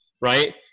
right